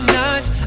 nights